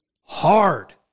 hard